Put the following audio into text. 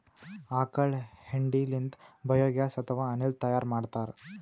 ಆಕಳ್ ಹೆಂಡಿ ಲಿಂತ್ ಬಯೋಗ್ಯಾಸ್ ಅಥವಾ ಅನಿಲ್ ತೈಯಾರ್ ಮಾಡ್ತಾರ್